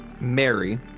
Mary